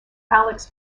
alex